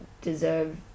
deserve